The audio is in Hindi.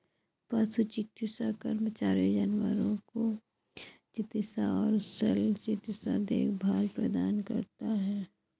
पशु चिकित्सा कर्मचारी जानवरों को चिकित्सा और शल्य चिकित्सा देखभाल प्रदान करता है